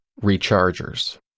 rechargers